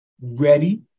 ready